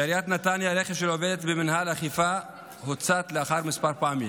בעיריית נתניה רכב של עובדת במינהל אכיפה הוצת לאחר כמה פעמים,